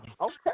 Okay